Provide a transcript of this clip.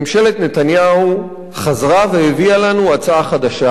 ממשלת נתניהו חזרה והביאה לנו הצעה חדשה.